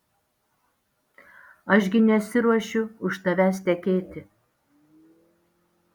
aš gi nesiruošiu už tavęs tekėti